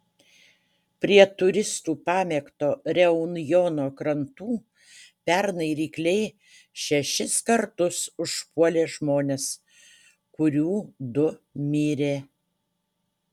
prie turistų pamėgto reunjono krantų pernai rykliai šešis kartus užpuolė žmones kurių du mirė